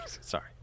Sorry